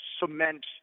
cement –